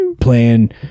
Playing